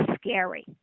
scary